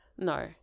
No